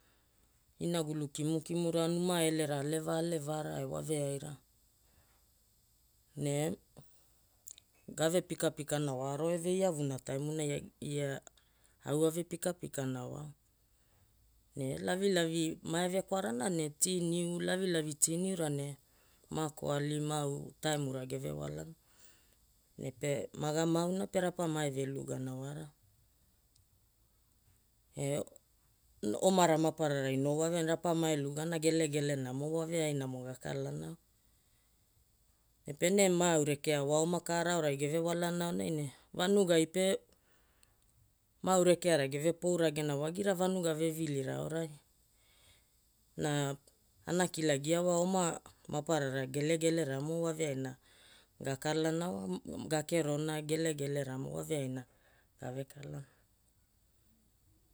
Inagulu kimukimura numa elera aleva alevara e waveaira. Ne gave pikapikana wa aro eve iavuna taimunai au ave pikapikana wa. Ne lavilavi maeve kwarana ne tea niu lavilavi tea niura ne makoali mau taimura geve walana. Ne pe maga mauna pe rapa maeve lugana wara. Omara mapararai no waveaina rapa mae lugana gelegelenamo waveainamo gakalana. Pene ma aurekea waoma kaara aorai gevewalana aonai ne vanugai pe ma au rekeara geve pouragena wagira vanuga vevilira aorai. Na ana kilagia wa oma maparara gelegeleramo waveaina gakalanawa gakerona gelegeleramo waveaina gavekalana.